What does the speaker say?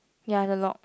ya is a log